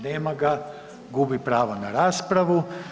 Nema ga, gubi pravo na raspravu.